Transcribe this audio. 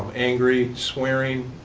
angry, swearing,